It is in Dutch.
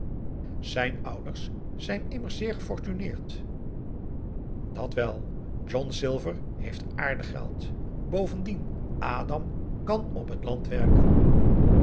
zijn ouders zijn immers zeer gefortuneerd dat wel john silver heeft aardig geld bovendien adam kan op het land werken